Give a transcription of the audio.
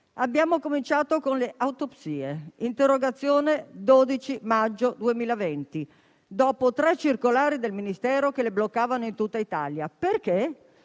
Abbiamo cominciato con le autopsie (interrogazione a mia prima firma del 12 maggio 2020), dopo tre circolari del Ministero che le bloccavano in tutta Italia. Perché?